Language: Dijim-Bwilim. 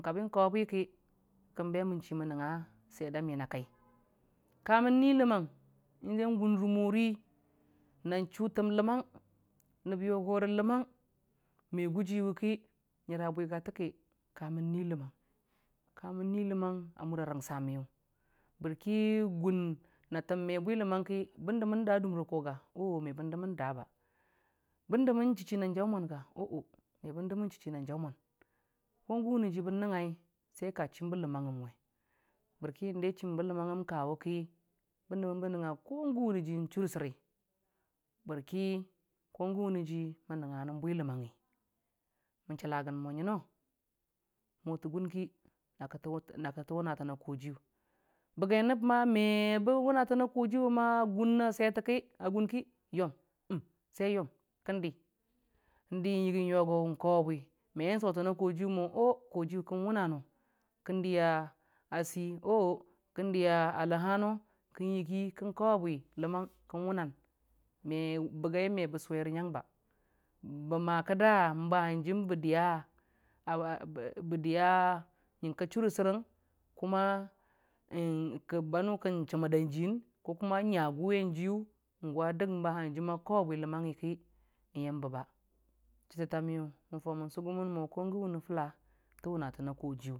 Ki kabi ko biye wa kai ki kən nui ləmomg kamən nui ləmang ngən gun rə mori nan chu təm kwetəre ki kən sotəna kojiyʊ mo kən wʊna nəb yogore nən me bwigate we ki kəmən nui ləmang ka mən nui ləman a rəngsa miyʊ bərki gʊn na təm me bwiləmang ki oo mebən da dum mebən dəmən da oo bən dəmən chichi nan Jau mwam gaoo mebən dəmən chichi nan Jau mwan ko gən wʊne ji bən ngəngui sai ka chim bə ləmangngəm kawe, bərki indai chimbə ləmangngəm kawe ki bən nəngnga ji chu sirri bərki ko gən wʊnə ji mən nəngnga nən bwi ləmangngi mən chəlagən mo ngəno mo tə gʊn ki "naki" naki tə wʊnatəna kojiyʊ a gʊna swete ki a gʊnki yom sai yom kən di di yogowe nko bi me sotəna kojiyʊ mo o kən wuna kən diya sei oo kən diya aa ləhano bən yəgi komi ləmang ki bagi mebə suwere ngang ba bə ma kida ban hanjun bə diya ngənka chu sir rəgən mn banu kən chəmər dan jiyən kokʊma ngabuwiya jiyʊ gwa dək ki kobiye ləmangngni ki yəmbe ba chote ta miyʊ mən fau mən sugumən mo ko gən wʊne fula mʊna təna Niyajiyʊ.